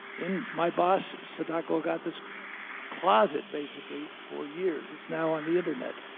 and my boss, sadako, got this closet basically for years. it's now on the internet,